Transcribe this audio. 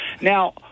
Now